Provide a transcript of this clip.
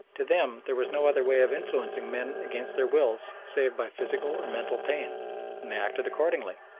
to them there was no other way of influencing men against their wills save by physical or mental pain, and they acted accordingly.